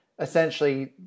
essentially